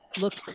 look